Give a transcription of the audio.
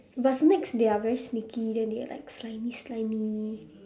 but snakes they are very sneaky then they are like slimy slimy